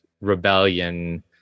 rebellion